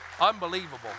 unbelievable